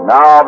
Now